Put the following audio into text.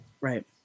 Right